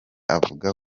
avuga